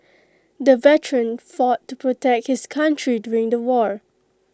the veteran fought to protect his country during the war